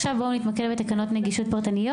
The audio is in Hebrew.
עכשיו בואו נתמקד בתקנות נגישות פרטנית